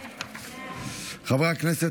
חברי הכנסת,